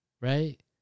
right